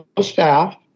staff